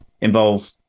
involve